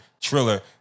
Triller